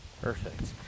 Perfect